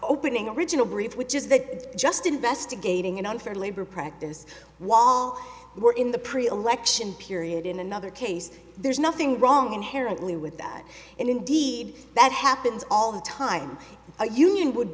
opening original brief which is that just investigating an unfair labor practice wall or in the pre election period in another case there's nothing wrong inherently with that and indeed that happens all the time a union would